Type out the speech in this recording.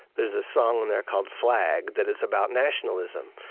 there's a song on there called flag that is about nationalism.